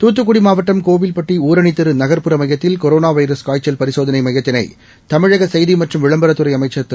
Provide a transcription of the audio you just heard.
தூத்துக்குடிமாவட்டம் கோவில்பட்டிணரணித்தெருநகர்ப்புற மையத்தில் கொரோனாவைரஸ் காய்ச்சல் பரிசோதனைமையத்தினைதமிழகசெய்திமற்றும் விளம்பரத்துறைஅமைச்சர் திரு